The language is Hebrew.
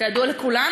כידוע לכולנו,